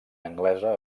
anglesa